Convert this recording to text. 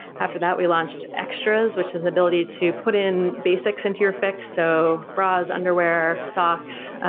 after that, we launched extras, which is ability to put in basics into your fix, so bras, underwear, socks,